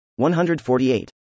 148